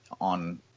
on